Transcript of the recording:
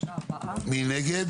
הצבעה בעד מיעוט נגד